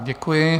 Děkuji.